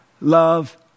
love